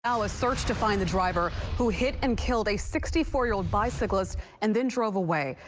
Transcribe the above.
um ah search to find the driver who hit and killed a sixty four year-old bicyclist and then drove away.